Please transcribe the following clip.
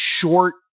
short